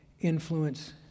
influence